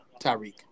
Tyreek